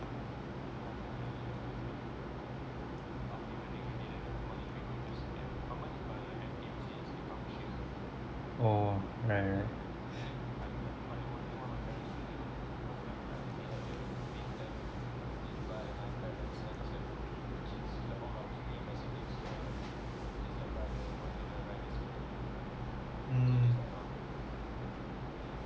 oh nine right mm